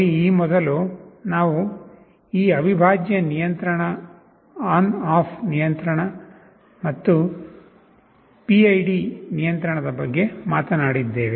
ನೋಡಿ ಈ ಮೊದಲು ನಾವು ಈ ಅವಿಭಾಜ್ಯ ನಿಯಂತ್ರಣ ಆನ್ ಆಫ್ ನಿಯಂತ್ರಣ ಮತ್ತು PID ನಿಯಂತ್ರಣದ ಬಗ್ಗೆ ಮಾತನಾಡಿದ್ದೇವೆ